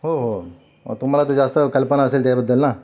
हो हो तुम्हाला तर जास्त कल्पना असेल त्याबद्दल ना